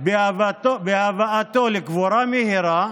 בהבאתו לקבורה מהירה,